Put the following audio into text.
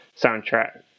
soundtrack